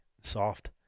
soft